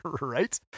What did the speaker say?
Right